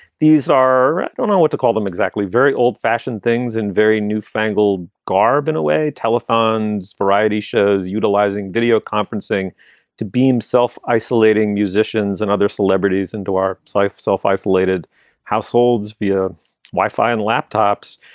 these are i don't know what to call them exactly. very old fashioned things and very new fangled garb in a way. telephone's variety shows utilizing video conferencing to beam self, isolating musicians and other celebrities into our sife self isolated households via wi-fi and laptops.